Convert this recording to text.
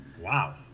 wow